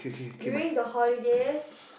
during the holidays